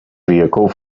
vehicle